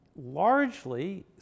largely